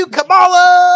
Kamala